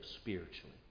spiritually